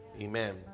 Amen